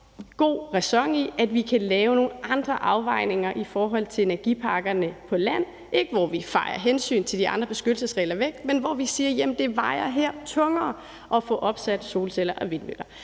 god ræson i, at vi kan lave nogle andre afvejninger i forhold til energiparkerne på land, ikke hvor vi fejer hensyn til de andre beskyttelsesregler væk, men hvor vi siger: Jamen det vejer her tungere at få opsat solceller og vindmøller.